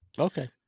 Okay